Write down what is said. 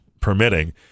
permitting